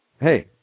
hey